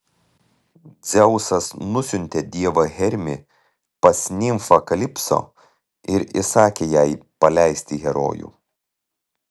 dzeusas nusiuntė dievą hermį pas nimfą kalipso ir įsakė jai paleisti herojų